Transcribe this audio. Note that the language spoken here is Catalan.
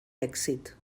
èxit